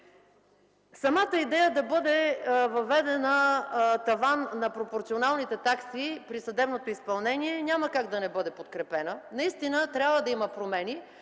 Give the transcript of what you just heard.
Самата идея да бъде въведен таван на пропорционалните такси при съдебното изпълнение няма как да не бъде подкрепена. Наистина, трябва да има промени.